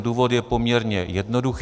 Důvod je poměrně jednoduchý.